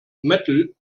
metal